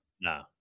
No